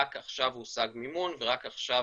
רק עכשיו הושג מימון ורק עכשיו